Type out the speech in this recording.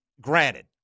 granted